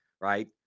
right